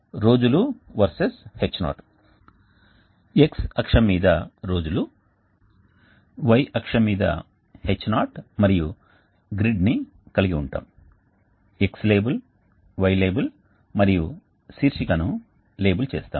రోజులు versus H0 x అక్షం మీద రోజులు y అక్షం మీద H0 మరియు గ్రిడ్ని కలిగి ఉంటాము X లేబుల్ Y లేబుల్ మరియు శీర్షికను లేబుల్ చేస్తాము